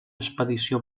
expedició